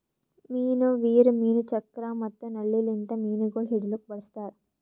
ಮೀನು ವೀರ್, ಮೀನು ಚಕ್ರ ಮತ್ತ ನಳ್ಳಿ ಲಿಂತ್ ಮೀನುಗೊಳ್ ಹಿಡಿಲುಕ್ ಬಳಸ್ತಾರ್